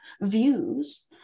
views